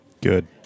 Good